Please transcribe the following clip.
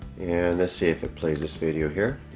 and see if it plays this video here